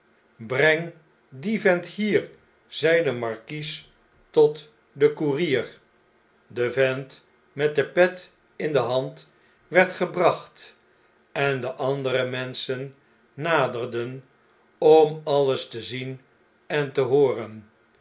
breng dien vent hier zei de markies tot den koerier de vent met de pet in de hand werd gebracht en de andere menschen naderden om alles te zien en te hooren